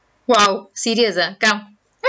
!wow! serious ah come